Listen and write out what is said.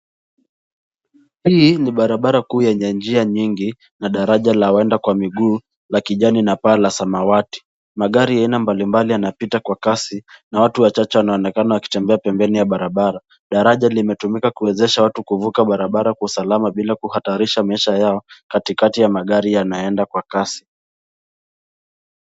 Hii ni barabara kuu yenye njia nyingi na daraja la waenda kwa miguu la kijani na paa la samawati. Magari ya aina mbali mbali yanapita kwa kasi na watu wachache wanaonekana wakitembea pembeni ya barabara. Daraja limetumika kuwezesha watu kuvuka barabara kwa usalama bila kuhatarisha maisha yao katikati ya magari yanaoenda kwa kasi.